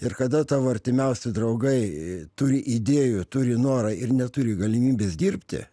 ir kada tavo artimiausi draugai turi idėjų turi norą ir neturi galimybės dirbti